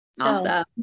Awesome